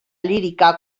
lírica